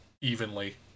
evenly